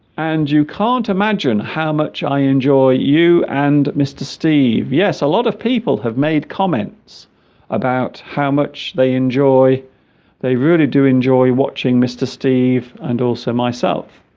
and you can't imagine how much i enjoy you and mr. steve yes a lot of people have made comments about how much they enjoy they really do enjoy watching mr. steve and also myself